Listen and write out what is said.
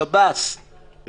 שב"ס,